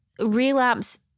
relapse